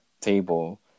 table